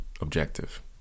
Objective